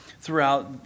throughout